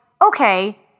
okay